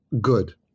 good